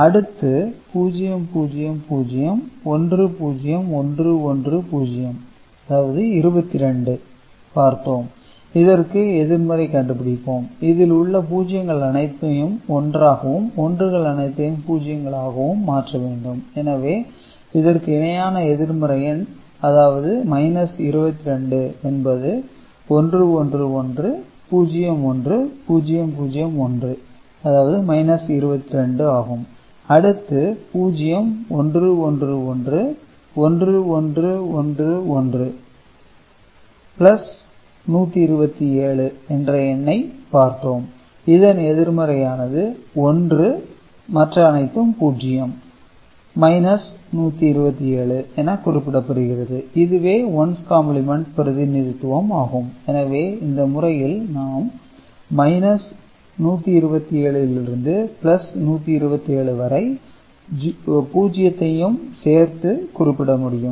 அடுத்து 0 0 0 1 0 1 1 0 22 பார்த்தோம் இதற்கு எதிர்மறை கண்டுபிடிப்போம் இதில் உள்ள பூஜ்ஜியங்கள் அனைத்தையும் ஒன்றாகவும் ஒன்றுகள் அனைத்தையும் பூஜ்ஜியங்கள் ஆகவும் மாற்ற வேண்டும் எனவே இதற்கு இணையான எதிர்மறை என் அதாவது 22 என்பது 1 1 1 0 1 0 0 1 22 ஆகும் அடுத்து 0111 1111 127 என்ற எண்ணை பார்த்தோம் இதன் எதிர்மறையானது 1000 0000 127 என குறிப்பிடப்படுகிறது இதுவே ஒன்ஸ் காம்ப்ளிமென்ட் பிரதிநிதித்துவம் ஆகும் எனவே இந்த முறையில் நாம் 127 இலிருந்து 127 வரை 0 வையும் சேர்த்து குறிப்பிட முடியும்